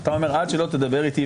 אתה אומר: עד שלא תדבר איתי,